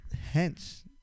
Hence